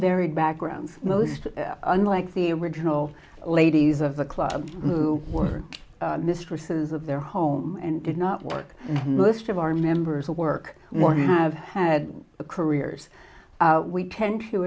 varied backgrounds most unlike the original ladies of the club who were mistresses of their home and did not work most of our members who work more have had a careers we tend to